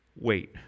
wait